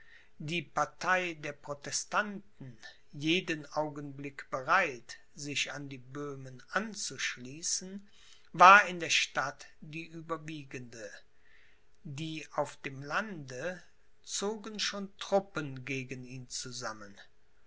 die partei der protestanten jeden augenblick bereit sich an die böhmen anzuschließen war in der stadt die überwiegende die auf dem lande zogen schon truppen gegen ihn zusammen